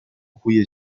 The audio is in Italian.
cui